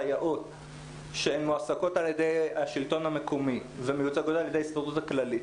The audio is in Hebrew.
סייעות שמועסקות על-ידי השלטון המקומי ומיוצגות על-ידי ההסתדרות הכללית,